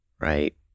right